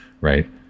right